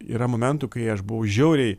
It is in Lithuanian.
yra momentų kai aš buvau žiauriai